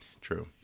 True